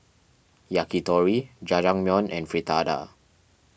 Yakitori Jajangmyeon and Fritada